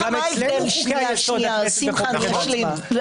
גם אצלנו חוקי יסוד הכנסת מחוקקת.